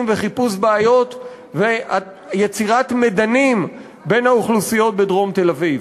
וחיפוש בעיות ויצירת מדנים בין האוכלוסיות בדרום תל-אביב.